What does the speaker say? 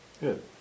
Good